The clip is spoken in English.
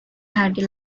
had